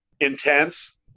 Intense